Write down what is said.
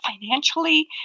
financially